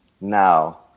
now